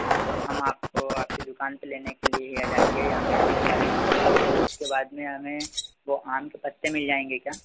हाँ तो हम आपको आपकी दुकान पर लेने के लिए आ जाएंगे हमें इतने सारे फूल और उसके बाद में हमें वह आम के पत्ते मिल जाएंगे क्या